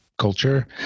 culture